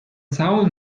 całą